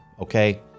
Okay